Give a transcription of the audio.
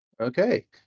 Okay